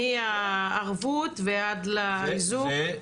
מהערבות עד לאיזוק.